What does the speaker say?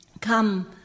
Come